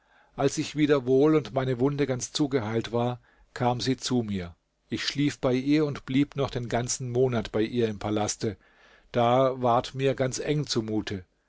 als ich wieder wohl und meine wunde ganz zugeheilt war kam sie zu mir ich schlief bei ihr und blieb noch den ganzen monat bei ihr im palaste da ward mir ganz eng zumute